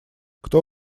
кто